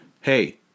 hey